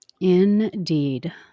Indeed